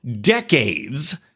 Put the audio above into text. decades